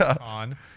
on